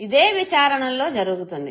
ఇదే విచారణలో జరుగుతుంది